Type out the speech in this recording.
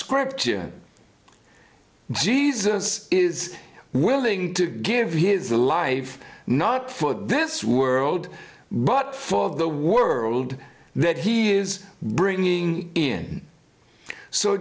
scripture jesus is willing to give his life not for this world but for the world that he is bringing in so